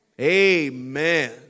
Amen